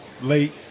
late